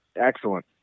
Excellent